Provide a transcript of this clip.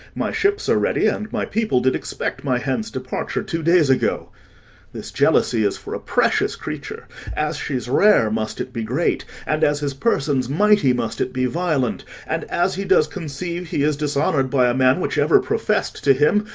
my ships are ready, and my people did expect my hence departure two days ago this jealousy is for a precious creature as she's rare, must it be great and, as his person's mighty, must it be violent and as he does conceive he is dishonour'd by a man which ever profess'd to him,